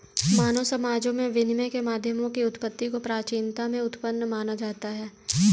मानव समाजों में विनिमय के माध्यमों की उत्पत्ति को प्राचीनता में उत्पन्न माना जाता है